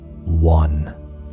One